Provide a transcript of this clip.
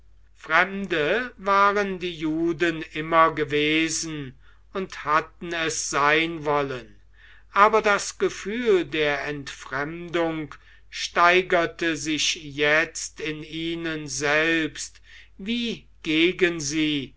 fremde waren die juden immer gewesen und hatten es sein wollen aber das gefühl der entfremdung steigerte sich jetzt in ihnen selbst wie gegen sie